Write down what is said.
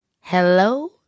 Hello